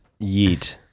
yeet